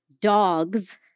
dogs